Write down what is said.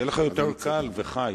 יהיה לך יותר קל וחי.